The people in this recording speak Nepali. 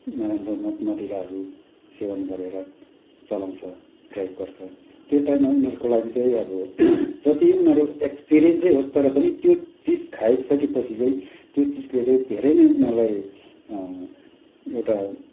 नराम्रो मद मदिराहरू सेवन गरेर चलाउँछ ड्राइभ गर्छ त्यो टाइममा उनीहरूको लागि चाहिँ अब जति उनीहरू एक्सपिरियन्सै होस् तर पनि त्यो चिज खाइसकेपछि चाहिँ त्यो चिजले चाहिँ धेरै नै उनीहरूलाई एउटा